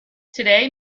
today